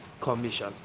Commission